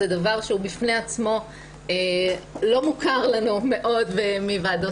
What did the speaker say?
זה דבר שהוא בפני עצמו לא מוכר לנו מאוד מוועדות